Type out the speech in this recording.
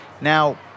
Now